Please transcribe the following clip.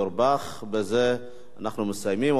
בזה אנחנו מסיימים ועוברים להצבעה.